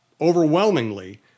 overwhelmingly